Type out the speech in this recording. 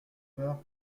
peur